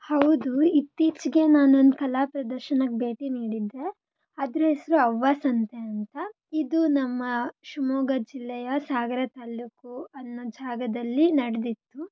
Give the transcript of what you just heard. ಹೌದು ಇತ್ತೀಚೆಗೆ ನಾನು ಒಂದು ಕಲಾ ಪ್ರದರ್ಶನಕ್ಕೆ ಭೇಟಿ ನೀಡಿದ್ದೆ ಅದರ ಹೆಸರು ಅವ್ವ ಸಂತೆ ಅಂತ ಇದು ನಮ್ಮ ಶಿವಮೊಗ್ಗ ಜಿಲ್ಲೆಯ ಸಾಗರ ತಾಲ್ಲೂಕು ಅನ್ನೋ ಜಾಗದಲ್ಲಿ ನಡೆದಿತ್ತು